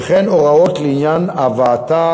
וכן הוראות לעניין הבאתה